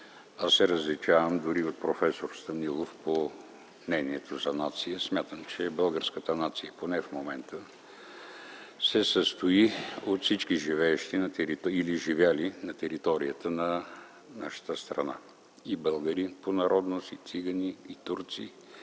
аз се различавам дори от проф. Станилов по мнението за „нация”. Смятам, че българската нация, поне в момента, се състои от всички живеещи или живели на територията на нашата страна – и българи по народност, и цигани, и турци,